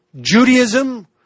Judaism